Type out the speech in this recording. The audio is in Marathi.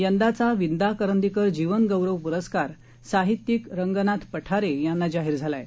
यंदाचा विंदा करंदीकर जीवनगौरव पुरस्कार साहित्यिक रंगनाथ पठारे यांना जाहीर झाला आहे